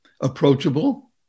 approachable